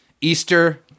Easter